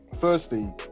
Firstly